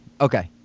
Okay